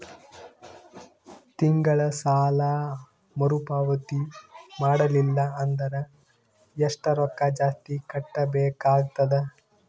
ತಿಂಗಳ ಸಾಲಾ ಮರು ಪಾವತಿ ಮಾಡಲಿಲ್ಲ ಅಂದರ ಎಷ್ಟ ರೊಕ್ಕ ಜಾಸ್ತಿ ಕಟ್ಟಬೇಕಾಗತದ?